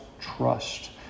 trust